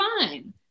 fine